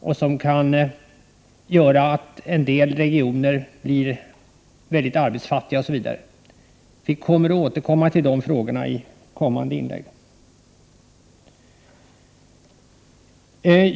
Det kan leda till att en del regioner blir mycket arbetsfattiga, osv. Vi avser att återkomma till dessa frågor i kommande inlägg.